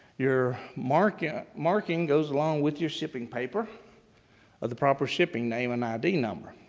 your marking marking goes along with your shipping paper of the proper shipping name and id number.